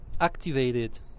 activated